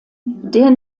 der